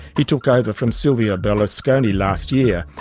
he took over from silvio berlusconi last year,